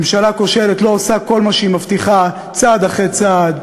ממשלה כושלת לא עושה כל מה שהיא מבטיחה צעד אחרי צעד,